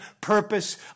purpose